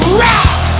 rock